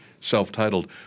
self-titled